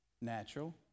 natural